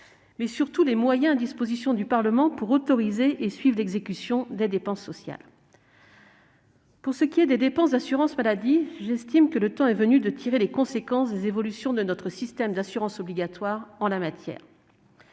mais, surtout, les moyens à la disposition du Parlement pour autoriser et suivre l'exécution des dépenses sociales. Pour ce qui est des dépenses d'assurance maladie, j'estime que le temps est venu de tirer les conséquences des évolutions de notre système d'assurance obligatoire. L'évolution